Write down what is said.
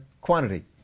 quantity